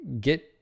get